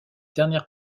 dernière